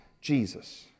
Jesus